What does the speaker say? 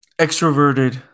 extroverted